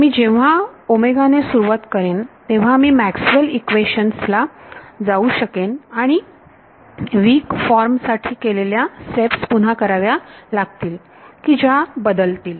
मी जेव्हा ने सुरुवात करेन तेव्हा मी मॅक्सवेल इक्वेशन्सMaxwell's Equations ला जाऊ शकेन आणि विक फॉर्म साठी केलेल्या स्टेप्स पुन्हा कराव्या लागतील की ज्या बदलतील